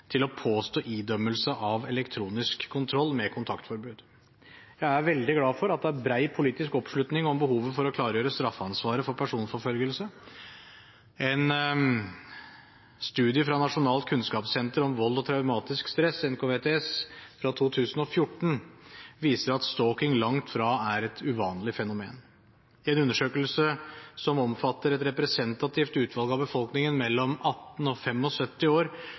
til å påstå idømmelse av elektronisk kontroll med kontaktforbud. Jeg er veldig glad for at det er bred politisk oppslutning om behovet for å klargjøre straffeansvaret for personforfølgelse. En studie fra Nasjonalt kunnskapssenter om vold og traumatisk stress, NKVTS, fra 2014 viser at stalking langt fra er et uvanlig fenomen. I en undersøkelse som omfatter et representativt utvalg av befolkningen mellom 18 og 75 år,